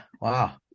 Wow